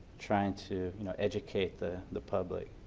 trying to you know educate the the public